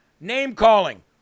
Name-calling